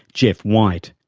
geoff white.